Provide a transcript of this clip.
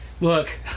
look